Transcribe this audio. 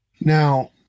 Now